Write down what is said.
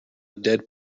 dead